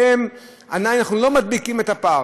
שעדיין אנחנו לא מדביקים את הפער,